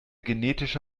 genetische